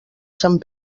sant